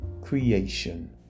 creation